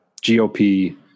GOP